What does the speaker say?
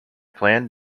plan